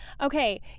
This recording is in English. Okay